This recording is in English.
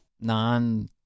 non